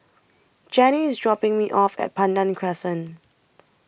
Jenny IS dropping Me off At Pandan Crescent